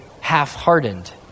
half-hardened